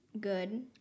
good